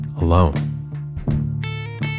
alone